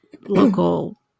local